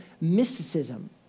mysticism